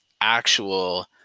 actual